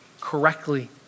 correctly